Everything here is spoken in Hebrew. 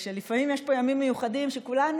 כי לפעמים יש פה ימים מיוחדים שכולנו,